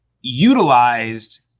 utilized